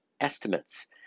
estimates